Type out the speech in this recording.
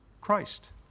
Christ